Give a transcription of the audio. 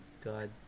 God